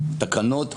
תקנות,